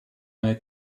eine